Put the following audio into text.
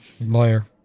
Lawyer